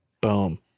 Boom